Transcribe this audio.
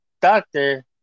doctor